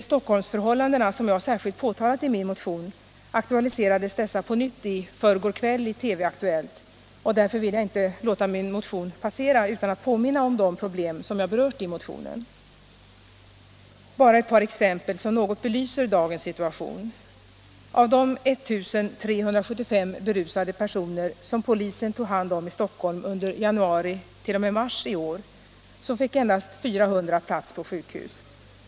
Stockholmsförhållandena, som jag särskilt påtalat i min motion, aktualiserades på nytt i förrgår kväll i TV-aktuellt, och därför vill jag inte låta min motion passera utan att påminna om de problem som jag berört i motionen. Jag vill ge bara ett par exempel som något belyser dagens situation. Av de 1375 berusade personer som polisen tog hand om i Stockholm under tiden januari-mars i år fick endast 400 plats på sjukhus.